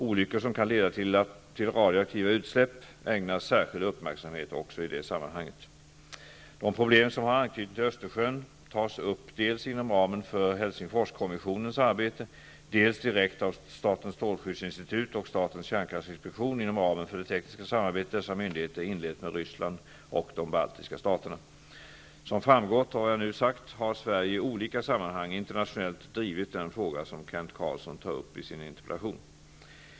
Olyckor som kan leda till radioaktiva utsläpp ägnas särskild uppmärksamhet också i det sammanhanget. De problem som har anknytning till Östersjön tas upp dels inom ramen för Helsingforskommissionens arbete, dels direkt av statens strålskyddsinstitut och statens kärnkraftinspektion inom ramen för det tekniska samarbete dessa myndigheter inlett med Ryssland och de baltiska staterna. Som framgått av vad jag nu har sagt har Sverige i olika sammanhang internationellt drivit den fråga som Kent Carlsson tar upp i sin interpellation.